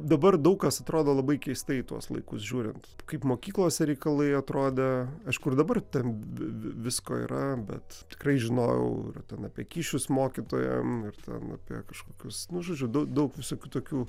dabar daug kas atrodo labai keistai į tuos laikus žiūrint kaip mokyklose reikalai atrodė aišku ir dabar ten visko yra bet tikrai žinojau ten apie kyšius mokytojam ir ten apie kažkokius nu žodžiu dau daug visokių tokių